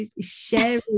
sharing